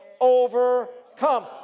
overcome